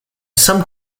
some